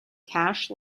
cash